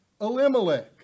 Elimelech